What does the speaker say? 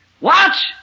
Watch